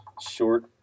short